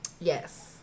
Yes